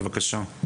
בבקשה.